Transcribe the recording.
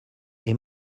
est